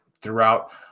throughout